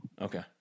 Okay